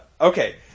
Okay